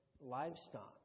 livestock